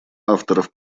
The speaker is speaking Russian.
авторов